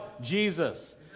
Jesus